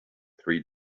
three